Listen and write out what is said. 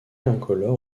incolore